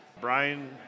Brian